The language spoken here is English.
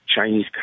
Chinese